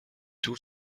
تور